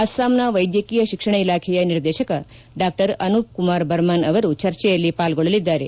ಅಸ್ಲಾಂನ ವೈದ್ಯಕೀಯ ಶಿಕ್ಷಣ ಇಲಾಖೆಯ ನಿರ್ದೇಶಕ ಡಾ ಅನೂಪ್ ಕುಮಾರ್ ಬರ್ಮನ್ ಅವರು ಚರ್ಚೆಯಲ್ಲಿ ಪಾಲ್ಗೊಳ್ಳಲಿದ್ದಾರೆ